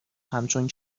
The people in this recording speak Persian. همچون